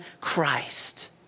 Christ